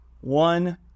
one